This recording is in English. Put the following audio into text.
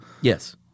Yes